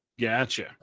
gotcha